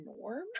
norm